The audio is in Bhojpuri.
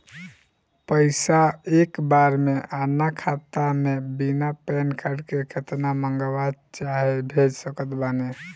पैसा एक बार मे आना खाता मे बिना पैन कार्ड के केतना मँगवा चाहे भेज सकत बानी?